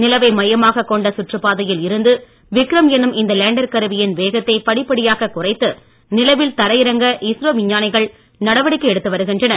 நிலவை மையமாகக் கொண்ட சுற்றுப்பாதையில் இருந்து விக்ரம் என்னும் இந்த லேண்டர் கருவி வேகத்தை படிப்படியாகக் குறைத்து நிலவில் தரை இறக்க இஸ்ரோ விஞ்ஞானிகள் நடவடிக்கை எடுத்து வருகின்றனர்